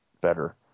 better